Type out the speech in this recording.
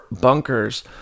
bunkers